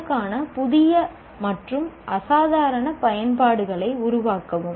இதற்காக புதிய மற்றும் அசாதாரண பயன்பாடுகளை உருவாக்கவும்